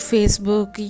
Facebook